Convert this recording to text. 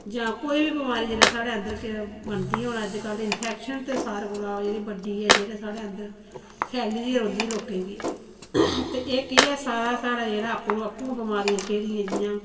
जां कोई बी बमारी जेल्ले स्हाड़़े अंदर बनदियां अज्ज कल्ल इंफेक्शन ते सारे कोला जेह्ड़ी बड्डी ऐ जेह्ड़ी स्हाड़े अंदर फैली दी गै रौहंदी ऐ लोकें गी ते एह् केह् ऐ सारा स्हाड़ा जेह्ड़ा आपूं आपूं बमारियां छेड़ी दियां जियां